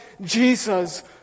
Jesus